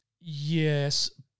Yes